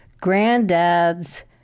granddad's